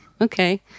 Okay